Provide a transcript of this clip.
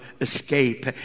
escape